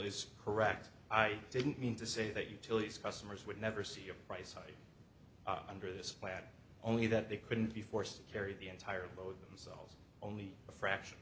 is correct i didn't mean to say that utilities customers would never see a price hike under this plan only that they couldn't be forced to carry the entire load themselves only a fraction